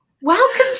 welcome